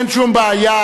אין שום בעיה.